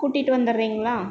கூட்டிட்டு வந்துட்றிங்களா